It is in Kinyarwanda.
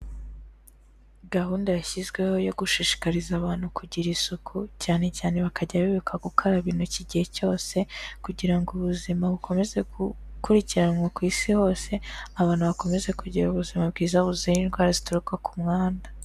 Gahunda yashyizweho yo gushishikariza abantu kugira isuku, cyane cyane bakajya bibuka gukaraba intoki igihe cyose kugira ngo ubuzima bukomeze gukurikiranwa ku isi hose, abantu bakomeze kugira ubuzima bwiza buzira indwara zituruka ku mwanda.